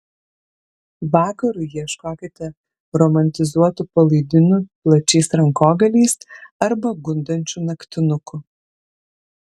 vakarui ieškokite romantizuotų palaidinių plačiais rankogaliais arba gundančių naktinukų